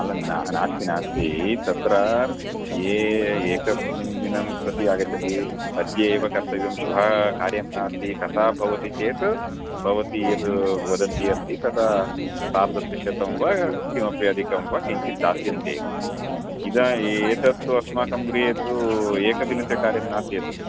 अलं न नास्ति नास्ति तत्र ये एकस्मिन् दिनं प्रति आगच्छति अद्य एव कर्तव्यं श्वः कार्यं नास्ति तथा भवति चेत् भवती यद् वदन्ति अस्ति तथा सार्धत्रिशतं वा किमपि अधिकं वा किञ्चित् दास्यन्ति इदा एतत्तु अस्माकं गृहे तु एकदिनस्य कार्यं नास्ति एतत्